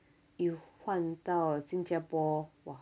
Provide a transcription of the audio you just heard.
you 换到新加坡哇